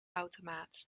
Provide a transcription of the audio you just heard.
automaat